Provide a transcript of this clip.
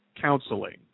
counseling